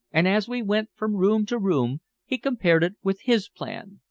and as we went from room to room he compared it with his plan.